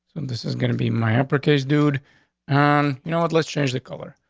this is gonna be my application, dude on. you know what? let's change the color.